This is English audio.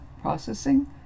processing